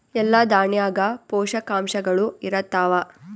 ಎಲ್ಲಾ ದಾಣ್ಯಾಗ ಪೋಷಕಾಂಶಗಳು ಇರತ್ತಾವ?